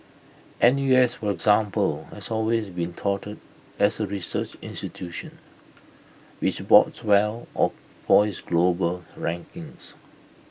N U S for example has always been touted as A research institution which bodes well for for its global rankings